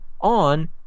on